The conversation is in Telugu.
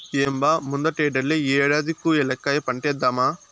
ఏం బా ముందటేడల్లే ఈ ఏడాది కూ ఏలక్కాయ పంటేద్దామా